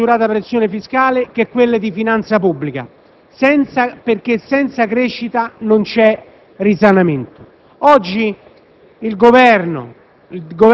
tanta smisurata pressione fiscale), che quelle di finanza pubblica, perché senza crescita non c'è risanamento.